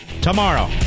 tomorrow